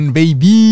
baby